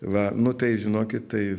va nu tai žinokit tai